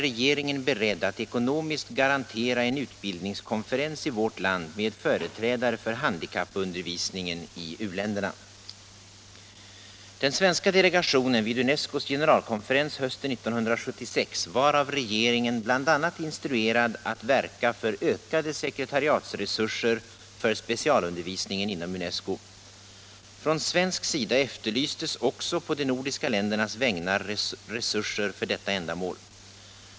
Är regeringen beredd att ekonomiskt garantera en utbildningskonferens i vårt land med företrädare för handikappundervisningen i u-län Om ökat stöd åt derna? specialundervisning Den svenska delegationen vid UNESCO:s generalkonferens hösten av handikappade i 1976 var av regeringen bl.a. instruerad att verka för ökade sekretari — u-länder atsresurser för specialundervisningen inom UNESCO. Från svensk sida efterlystes också på de nordiska ländernas vägnar resurser för detta ändamål.